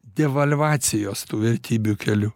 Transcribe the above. devalvacijos tų vertybių keliu